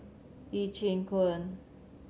Lee Chin Koon